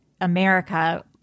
America